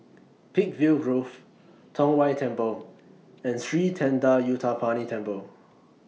Peakville Grove Tong Whye Temple and Sri Thendayuthapani Temple